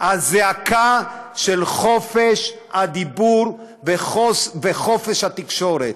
הזעקה של חופש הדיבור וחופש התקשורת.